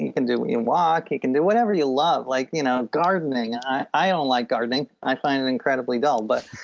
and can do it in walk, you can do whatever you love, like you know gardening, i don't like gardening, i find it incredibly dull. but